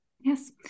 yes